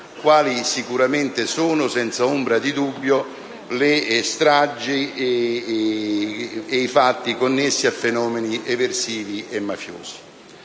quali sicuramente sono, senza ombra di dubbio, le stragi ed i fatti connessi a fenomeni eversivi e mafiosi.